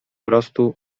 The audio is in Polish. prostu